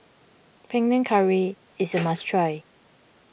Panang Curry is a must try